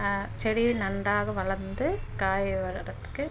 செடி நன்றாக வளர்ந்து காய் வருவதற்கு